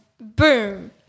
boom